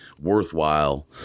worthwhile